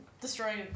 destroying